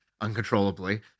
uncontrollably